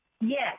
Yes